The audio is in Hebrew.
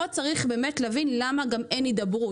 פה צריך להבין למה אין הידברות,